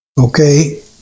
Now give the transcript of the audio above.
Okay